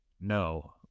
no